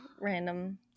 random